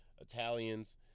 italians